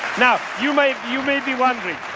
now, you may you may be wondering